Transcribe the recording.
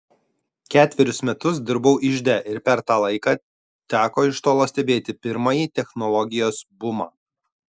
ketverius metus dirbau ižde ir per tą laiką teko iš tolo stebėti pirmąjį technologijos bumą